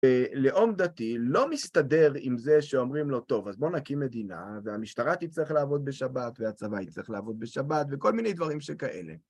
לאום דתי לא מסתדר עם זה שאומרים לו, טוב, אז בואו נקים מדינה, והמשטרה תצטרך לעבוד בשבת, והצבא יצטרך לעבוד בשבת, וכל מיני דברים שכאלה.